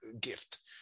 gift